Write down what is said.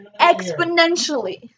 exponentially